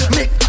Make